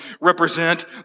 represent